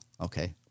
okay